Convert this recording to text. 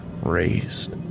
raised